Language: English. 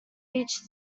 each